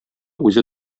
үзе